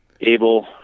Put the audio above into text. able